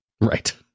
Right